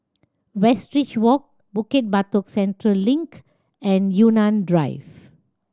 Westridge Walk Bukit Batok Central Link and Yunnan Drive